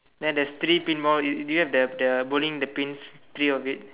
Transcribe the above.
then there three pin ball do you have the the bowling the pins three of it